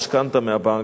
משכנתה מהבנק,